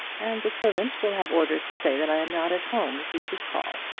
and the servant will have orders to say that i am not at home if he should call.